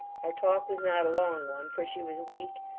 our talk was not a long one, for she was weak,